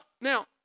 Now